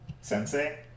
Sensei